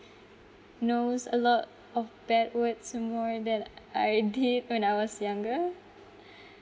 knows a lot of bad words more than I did when I was younger